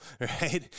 Right